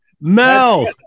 Mel